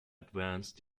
advanced